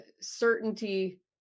certainty